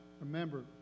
Remember